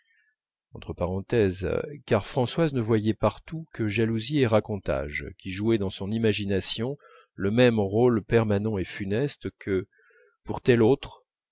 car françoise ne voyait partout que jalousies et racontages qui jouaient dans son imagination le même rôle permanent et funeste que pour telles autres